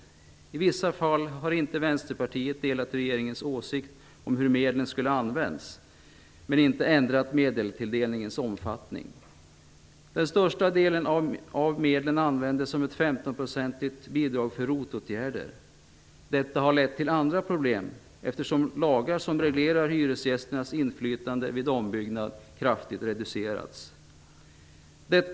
I vissa fall har Vänsterpartiet inte delat regeringens åsikt om hur medlen skulle använts men inte velat ändra medelstilldelningens omfattning. Den största delen av medlen användes som ett 15 % bidrag för ROT-åtgärder. Det har lett till andra problem, eftersom hyresgästernas inflytande vid ombyggnad kraftigt reducerats enligt de lagar som reglerar detta.